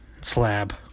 slab